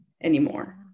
anymore